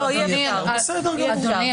אדוני,